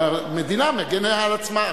המדינה מגינה על עצמה.